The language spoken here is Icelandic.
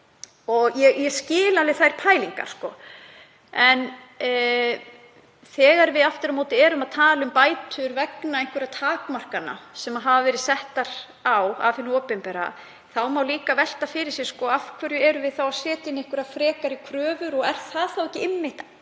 Ég skil alveg þær pælingar. En þegar við erum aftur á móti að tala um bætur vegna einhverra takmarkana sem hafa verið settar á af hinu opinbera þá má líka velta fyrir sér: Af hverju erum við að setja inn einhverjar frekari kröfur og er það ekki einmitt